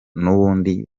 n’ubundi